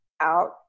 out